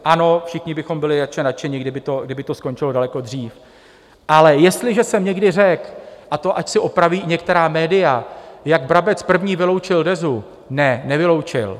Ano, všichni bychom byli nadšeni, kdyby to skončilo daleko dřív, Ale jestliže jsem někdy řekl, a to ať si opraví některá média, jak Brabec první vyloučil Dezu ne, nevyloučil.